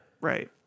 Right